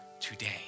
today